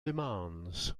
demands